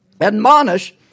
admonish